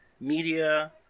media